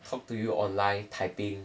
talk to you online typing